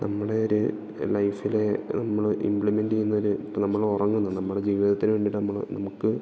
നമ്മടെയൊര് ലൈഫിലെ നമ്മള് ഇംപ്ലിമെന്റ് ചെയ്യുന്ന ഒരു ഇപ്പം നമ്മള് ഉറങ്ങുന്നു നമ്മുടെ ജീവിതത്തിന് വേണ്ടിയിട്ട് നമ്മള് നമുക്ക്